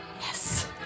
Yes